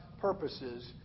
purposes